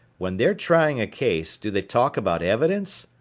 when they're trying a case, do they talk about evidence?